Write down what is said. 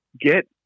get